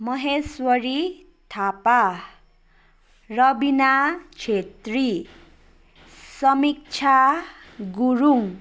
Maheshwari Thapa Rabina Chhetri Samiksha Gurung